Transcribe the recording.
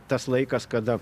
tas laikas kada